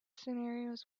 scenarios